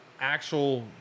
actual